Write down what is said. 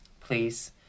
please